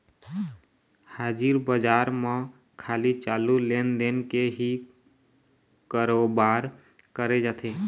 हाजिर बजार म खाली चालू लेन देन के ही करोबार करे जाथे